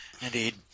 Indeed